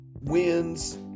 wins